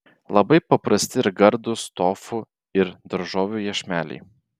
labai paprasti ir gardūs tofu ir daržovių iešmeliai